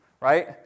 right